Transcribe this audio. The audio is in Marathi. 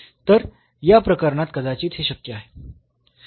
तर या प्रकरणात कदाचित हे शक्य आहे